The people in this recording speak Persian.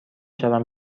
شوم